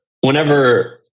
whenever